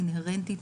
אינהרנטית,